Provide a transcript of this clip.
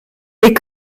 est